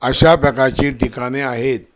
अशा प्रकारची ठिकाणे आहेत